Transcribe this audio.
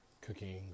cooking